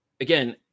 again